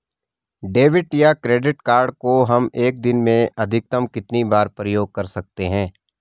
Debit या credit card को हम एक दिन में अधिकतम कितनी बार प्रयोग कर सकते हैं?